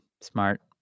smart